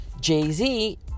Jay-Z